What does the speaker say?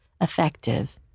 effective